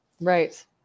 Right